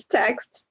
text